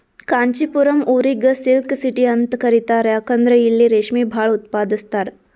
ಕಾಂಚಿಪುರಂ ಊರಿಗ್ silk city ಅಂತ್ ಕರಿತಾರ್ ಯಾಕಂದ್ರ್ ಇಲ್ಲಿ ರೇಶ್ಮಿ ಭಾಳ್ ಉತ್ಪಾದಸ್ತರ್